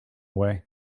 way